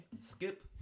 Skip